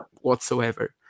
whatsoever